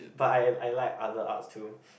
but I I like other arts too